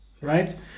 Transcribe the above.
Right